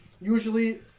Usually